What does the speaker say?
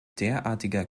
derartiger